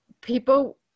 people